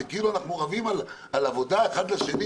זה כאילו אנחנו רבים על עבודה אחד לשני.